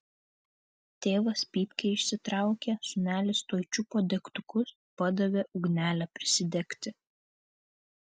tėvas pypkę išsitraukė sūnelis tuoj čiupo degtukus padavė ugnelę prisidegti